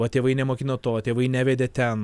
o tėvai nemokino to tėvai nevedė ten